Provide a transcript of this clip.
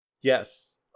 Yes